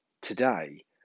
today